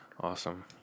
awesome